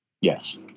Yes